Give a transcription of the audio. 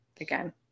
again